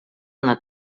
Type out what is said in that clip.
una